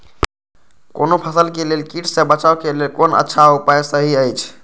कोनो फसल के लेल कीट सँ बचाव के लेल कोन अच्छा उपाय सहि अछि?